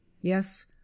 yes